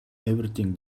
everything